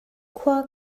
khua